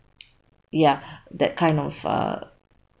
ya that kind of uh